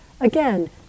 again